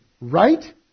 Right